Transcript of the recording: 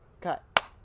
Cut